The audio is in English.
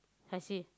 I see